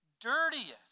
dirtiest